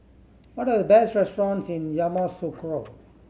what are the best restaurants in Yamoussoukro